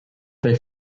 they